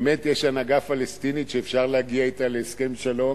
באמת יש הנהגה פלסטינית שאפשר להגיע אתה להסכם שלום,